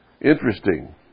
Interesting